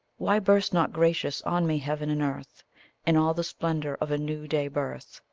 why burst not gracious on me heaven and earth in all the splendour of a new-day-birth?